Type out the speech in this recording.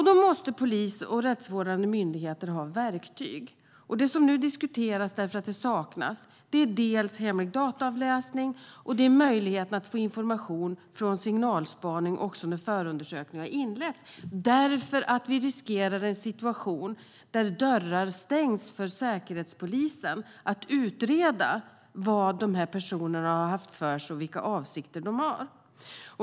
Då måste polis och rättsvårdande myndigheter ha verktyg. Det som nu diskuteras eftersom det saknas är dels hemlig dataavläsning, dels möjligheten att få information från signalspaning också när förundersökning har inletts. Vi riskerar en situation där dörrar stängs för Säkerhetspolisen att utreda vad dessa personer har haft för sig och vilka avsikter de har.